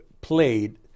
played